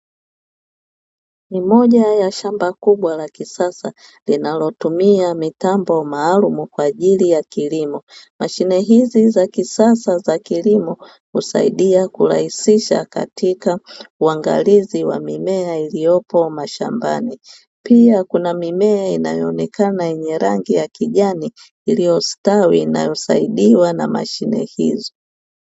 Ni moja ya shamba kubwa la kisasa linalotumia mitambo maalumu kwa ajili ya kilimo. Mashine hizi za kisasa za kilimo husaidia kurahisisha katika uangalizi wa mimea iliyopo mashambani. Pia kuna mimea inayoonekana yenye rangi ya kijani iliyostawi, inayosaidiwa na mashine hizo.